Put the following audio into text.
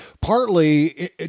partly